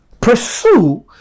pursue